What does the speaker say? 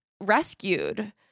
rescued